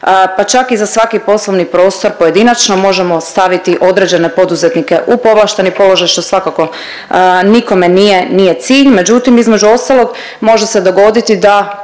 pa čak i za svaki poslovni prostor pojedinačno možemo staviti određene poduzetnika u povlašteni položaj što svakako nikome nije cilj međutim između ostalog može se dogoditi da